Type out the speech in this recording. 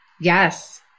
Yes